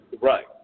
Right